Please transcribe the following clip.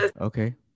Okay